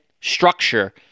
structure